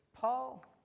Paul